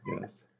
Yes